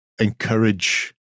encourage